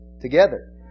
together